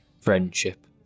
friendship